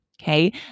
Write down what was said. Okay